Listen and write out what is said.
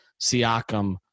Siakam